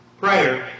Prayer